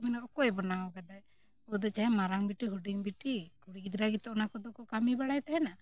ᱢᱮᱱᱟᱠᱚ ᱚᱠᱚᱭᱮ ᱵᱮᱱᱟᱣ ᱠᱟᱫᱟ ᱟᱫᱚ ᱪᱟᱦᱮ ᱢᱟᱨᱟᱝ ᱵᱤᱴᱤ ᱦᱩᱰᱤᱧ ᱵᱤᱴᱤ ᱠᱩᱲᱤ ᱜᱤᱫᱽᱨᱟᱹ ᱜᱮᱛᱚ ᱚᱱᱟ ᱠᱚᱫᱚ ᱠᱚ ᱠᱟᱹᱢᱤ ᱵᱟᱲᱟᱭ ᱛᱟᱦᱮᱱᱟ